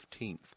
15th